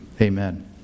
Amen